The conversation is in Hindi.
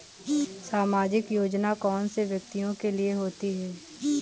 सामाजिक योजना कौन से व्यक्तियों के लिए होती है?